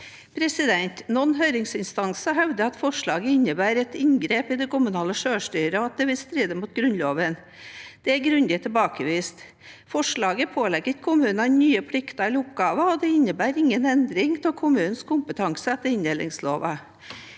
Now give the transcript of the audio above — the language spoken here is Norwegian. veien. Noen høringsinstanser hevder at forslaget innebærer et inngrep i det kommunale selvstyret, og at det vil stride mot Grunnloven. Det er grundig tilbakevist. Forslaget pålegger ikke kommunene nye plikter eller oppgaver, og det innebærer ingen endring av kommunens kompetanse etter inndelingsloven.